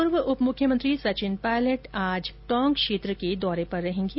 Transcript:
पूर्व उप मुख्यमंत्री सचिन पायलट आज टोंक क्षेत्र के दौरे पर रहेंगे